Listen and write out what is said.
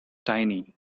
tiny